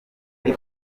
turi